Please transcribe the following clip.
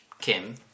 Kim